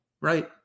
right